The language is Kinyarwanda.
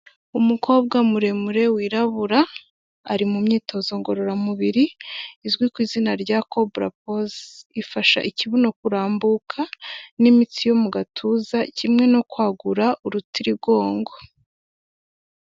Umukobwa muremure wirabura ari mu myitozo ngororamubiri izwi ku izina rya Koburapoze ifasha ikibuno kurambuka n'imitsi yo mu gatuza kimwe no kwagura urutirigongo.